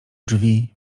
drzwi